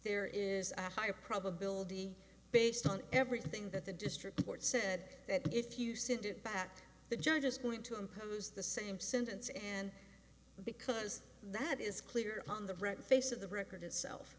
there is a high probability based on everything that the district court said that if you sent it back the judge is going to impose the same sentence and because that is clear on the bright face of the record itself